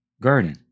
garden